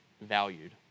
valued